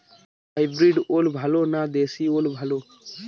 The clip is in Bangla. হাইব্রিড ওল ভালো না দেশী ওল ভাল?